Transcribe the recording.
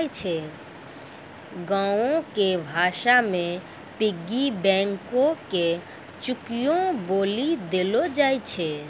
गांवो के भाषा मे पिग्गी बैंको के चुकियो बोलि देलो जाय छै